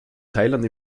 thailand